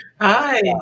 hi